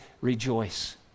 rejoice